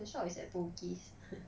he shop is at bugis